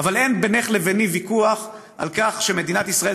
אבל אין בינך לביני ויכוח על כך שמדינת ישראל